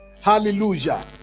hallelujah